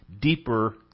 deeper